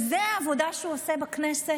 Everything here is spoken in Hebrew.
זאת העבודה שהוא עושה בכנסת?